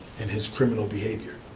and his criminal behavior.